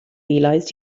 realized